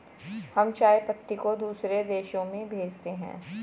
हम चाय पत्ती को दूसरे देशों में भेजते हैं